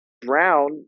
Brown